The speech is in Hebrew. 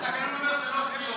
התקנון אומר שלוש קריאות.